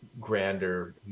grander